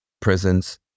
prisons